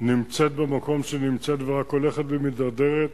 נמצאת במקום שהיא נמצאת ורק הולכת ומידרדרת,